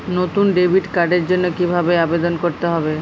নতুন ডেবিট কার্ডের জন্য কীভাবে আবেদন করতে হবে?